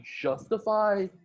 justify